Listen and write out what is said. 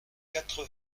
quatre